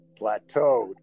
plateaued